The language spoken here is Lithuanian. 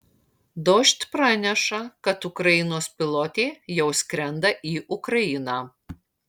dožd praneša kad ukrainos pilotė jau skrenda į ukrainą